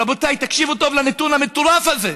רבותיי, תקשיבו טוב לנתון המטורף הזה: